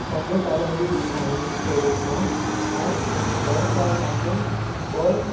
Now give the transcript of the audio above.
पंज सालनि जी ॾींदा आहियूं शो रूम मां ऐं दर साल तव्हां खे ॿ